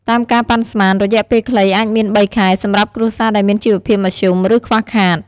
តាមការប៉ានស្មាន រយៈពេលខ្លីអាចមាន ៣ ខែ សម្រាប់គ្រួសារដែលមានជីវភាពមធ្យម ឬខ្វះខាត។